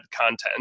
content